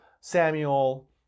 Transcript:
Samuel